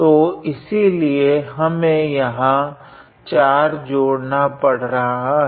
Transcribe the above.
तो इस लिए हमें यहाँ 4 जोड़ना पड रहा है